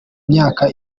imyaka